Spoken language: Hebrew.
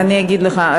אני אגיד לך,